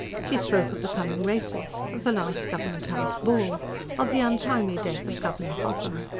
she spoke of the coming races of the last government house ball of the untimely death of governor hotham.